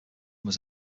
was